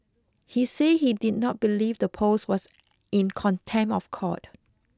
he said he did not believe the post was in contempt of court